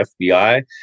FBI